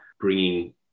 bringing